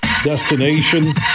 destination